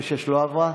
ההסתייגות (176)